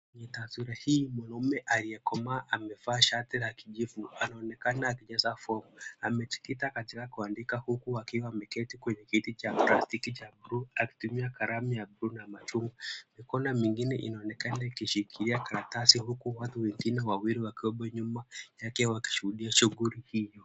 Ni taswira hii mwanaume aliyekomaa amevaa shati la kijivu, anaonekana akijaza fomu. Amejikita katika kuandika huku akiwa ameketi kwenye kiti cha plastiki cha buluu, akitumia kalamu ya buluu na machungwa. Mikono mingine inaonekana ikishikilia karatasi, huku watu wengine wawili wakiwemo nyuma yake wakishuhudia shughuli hiyo.